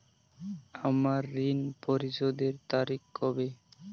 আমার ঋণ পরিশোধের তারিখ কবে?